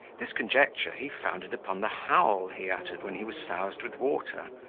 this conjecture he founded upon the howl he uttered when he was soused with water,